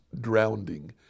drowning